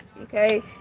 okay